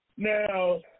Now